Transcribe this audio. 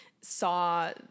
saw